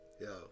Yo